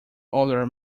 other